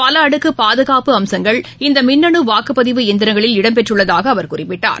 பலஅடுக்குபாதுகாப்பு அம்சங்கள் இந்தமின்னுவாக்குப்பதிவு இயந்திரங்களில் இடம்பெற்றுள்ளதாகஅவர் குறிப்பிட்டார்